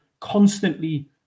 constantly